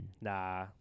Nah